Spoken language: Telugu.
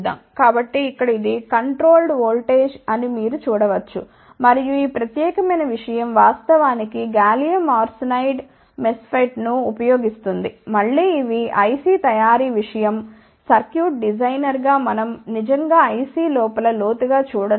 కాబట్టి ఇక్కడ ఇది కంట్రోల్డ్ ఓల్టేజ్ అని మీరు చూడ వచ్చు మరియు ఈ ప్రత్యేకమైన విషయం వాస్తవానికి గాలియం ఆర్సెనైడ్ మెస్ఫెట్ను ఉపయోగిస్తుంది మళ్ళీ ఇవి IC తయారీ విషయం సర్క్యూట్ డిజైనర్గా మనం నిజంగా IC లోపల లోతుగా చూడడం లేదు